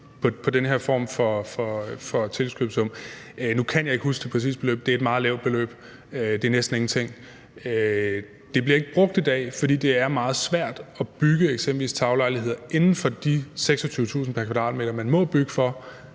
er det et meget lavt beløb. Nu kan jeg ikke huske det præcise beløb, men det er et meget lavt beløb, det er næsten ingenting. Det bliver ikke brugt i dag, for det er meget svært at bygge eksempelvis taglejligheder inden for de 26.000 kr. pr. m², man må bygge for